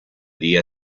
día